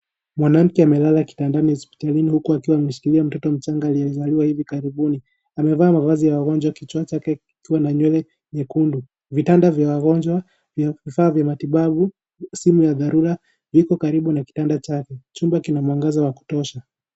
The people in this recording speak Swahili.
Mwanamke amelala kitandani hospitalini huku akiwa amemshikilia mtoto mchanga ambaye amezaliwa hivi Karibuni. Amevaa mavazi ya wagonjwa kichwa chake kikiwa na nywele nyekundu . Vitanda vya wagonjwa vya vifaa vya kuhifadhia matibabu, simu ya dharura iko karibu na Kitanda chake. Jumba kina mwangaza wa kutosha.